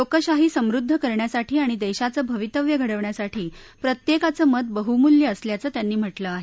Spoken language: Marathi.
लोकशाही समृद्ध करण्यासाठी आणि देशाचं भवितव्य घडवण्यासाठी प्रत्येकाचं मत बहुमूल्य असल्याचं त्यांनी म्हटलं आहे